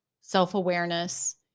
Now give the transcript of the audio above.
self-awareness